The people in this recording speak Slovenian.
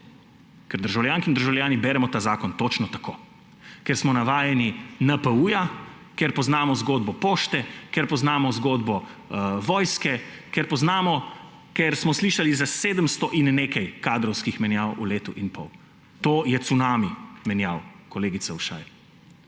Ker državljanke in državljani beremo ta zakon točno tako, ker smo navajeni NPU-ja, ker poznamo zgodbo Pošte, ker poznamo zgodbo vojske, ker smo slišali za 700 in nekaj kadrovskih menjav v letu in pol. To je cunami menjav, kolegica Ušaj.